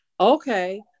okay